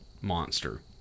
monster